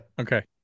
Okay